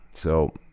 so,